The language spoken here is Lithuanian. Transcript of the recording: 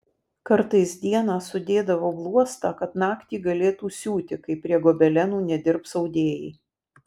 kartais dieną sudėdavo bluostą kad naktį galėtų siūti kai prie gobelenų nedirbs audėjai